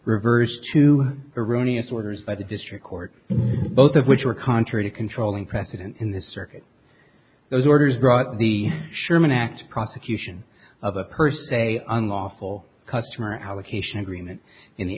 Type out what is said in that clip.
reverse to erroneous orders by the district court both of which were contrary to controlling precedent in the circuit those orders brought the sherman act prosecution of a per se unlawful customer allocation agreement in the